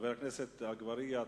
חבר הכנסת אגבאריה,